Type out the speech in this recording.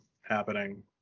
happening